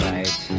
Right